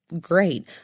great